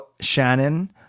Shannon